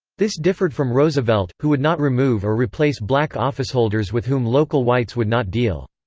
this differed from roosevelt, who would not remove or replace black officeholders with whom local whites would not deal.